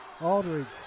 Aldridge